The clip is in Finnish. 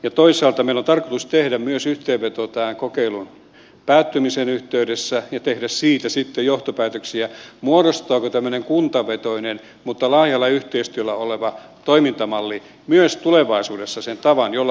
ja toisaalta meillä on tarkoitus tehdä myös yhteenveto tämän kokeilun päättymisen yhteydessä ja tehdä siitä sitten johtopäätöksiä muodostaako tämmöinen kuntavetoinen mutta laajaan yhteistyöhön perustuva toimintamalli myös tulevaisuudessa sen tavan jolla me etenemme